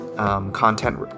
Content